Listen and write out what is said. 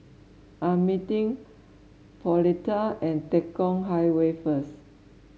I'm meeting Pauletta at Tekong Highway first